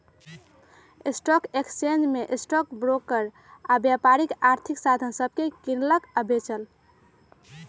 stock exchange में stock broker आऽ व्यापारी आर्थिक साधन सभके किनलक बेचलक